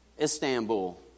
Istanbul